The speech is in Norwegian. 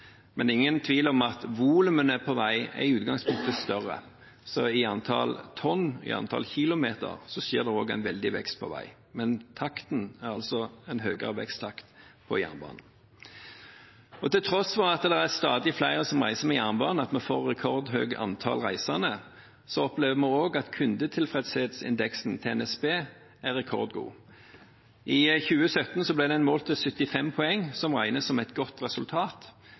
Men det er ingen tvil om at volumet på vei i utgangspunktet er større. I antall tonn, i antall kilometer, skjer det også en veldig vekst på vei. Men det er altså en høyere veksttakt på jernbanen. Til tross for at det er stadig flere som reiser med jernbanen, at vi får et rekordhøyt antall reisende, opplever vi også at kundetilfredshetsindeksen til NSB er rekordgod. I 2017 ble den målt til 75 poeng, som regnes som et godt resultat.